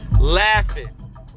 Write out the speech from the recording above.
Laughing